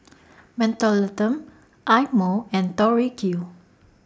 Mentholatum Eye Mo and Tori Q